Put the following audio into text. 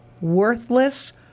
worthless